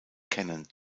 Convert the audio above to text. kennen